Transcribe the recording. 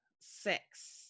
six